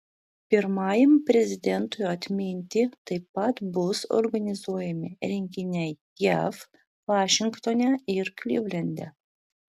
pirmajam prezidentui atminti taip pat bus organizuojami renginiai jav vašingtone ir klivlende